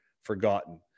forgotten